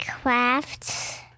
crafts